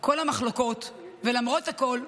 כל המחלוקות ולמרות הכול,